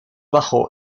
bajo